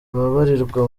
ababarirwa